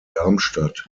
darmstadt